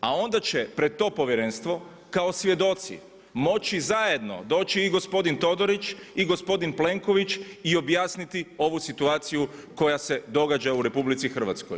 A onda će pred povjerenstvo kao svjedoci moći zajedno doći i gospodin Todorić i gospodin Plenković i objasniti ovu situaciju koja se događa u RH.